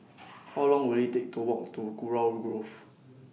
How Long Will IT Take to Walk to Kurau Grove